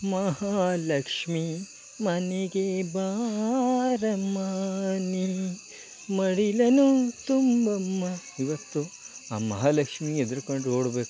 ಮಹಾಲಕ್ಷ್ಮಿ ಮನೆಗೆ ಬಾರಮ್ಮ ನೀ ಮಡಿಲನು ತುಂಬಮ್ಮ ಇವತ್ತು ಆ ಮಹಾಲಕ್ಷ್ಮಿ ಹೆದರ್ಕೊಂಡ್ ಓಡಬೇಕು